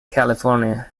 california